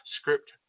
script